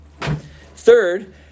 Third